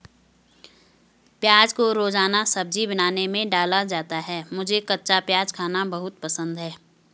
प्याज को रोजाना सब्जी बनाने में डाला जाता है मुझे कच्चा प्याज खाना बहुत पसंद है